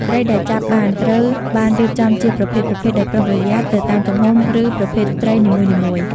ត្រីដែលចាប់បានត្រូវបានរៀបចំជាប្រភេទៗដោយប្រុងប្រយ័ត្ន ទៅតាមទំហំ ឬប្រភេទត្រីនីមួយៗ។